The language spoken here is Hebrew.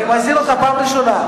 אני מזהיר אותך פעם ראשונה.